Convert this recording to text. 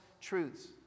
truths